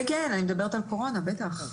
כן, אני מדברת על קורונה בטח.